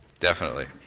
definitely.